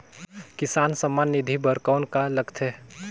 किसान सम्मान निधि बर कौन का लगथे?